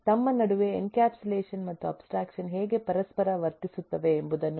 ತಮ್ಮ ನಡುವೆ ಎನ್ಕ್ಯಾಪ್ಸುಲೇಷನ್ ಮತ್ತು ಅಬ್ಸ್ಟ್ರಾಕ್ಷನ್ ಹೇಗೆ ಪರಸ್ಪರ ವರ್ತಿಸುತ್ತವೆ ಎಂಬುದನ್ನು ನಾವು ಇದರಲ್ಲಿ ಸ್ವಲ್ಪ ನೋಡುತ್ತೇವೆ